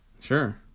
Sure